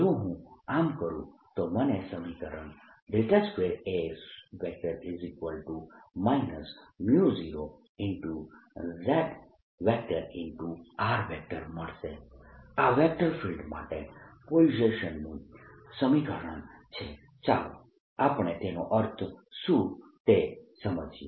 જો હું આમ કરું તો મને સમીકરણ 2A 0 J મળશે આ વેક્ટર ફિલ્ડ માટે પોઈસનનું સમીકરણ છે ચાલો આપણે તેનો અર્થ શું તે સમજીએ